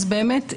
אז באמת,